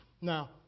Now